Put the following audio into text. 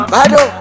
Bado